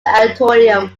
auditorium